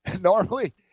Normally